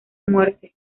muerte